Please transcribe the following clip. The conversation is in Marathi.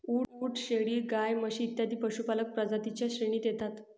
उंट, शेळी, गाय, म्हशी इत्यादी पशुपालक प्रजातीं च्या श्रेणीत येतात